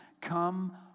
Come